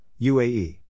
UAE